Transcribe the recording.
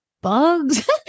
bugs